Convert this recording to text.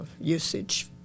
usage